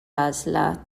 għażla